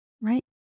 right